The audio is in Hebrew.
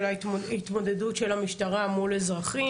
של ההתמודדות של המשטרה מול אזרחים.